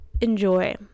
enjoy